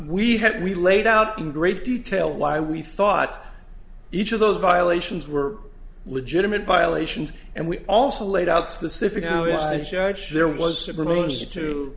we had we laid out in great detail why we thought each of those violations were legitimate violations and we also laid out specific